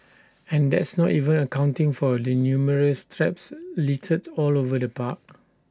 and that's not even accounting for the numerous traps littered all over the park